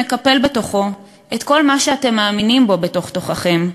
שמקפל בתוכו את כל מה שאתם מאמינים בו בתוך תוככם,